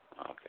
Okay